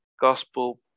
gospel